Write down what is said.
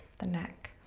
the neck,